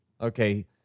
okay